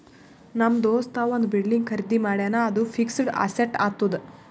ನಮ್ ದೋಸ್ತ ಒಂದ್ ಬಿಲ್ಡಿಂಗ್ ಖರ್ದಿ ಮಾಡ್ಯಾನ್ ಅದು ಫಿಕ್ಸಡ್ ಅಸೆಟ್ ಆತ್ತುದ್